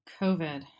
COVID